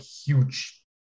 huge